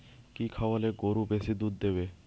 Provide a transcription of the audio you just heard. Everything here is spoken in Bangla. কি খাওয়ালে গরু বেশি দুধ দেবে?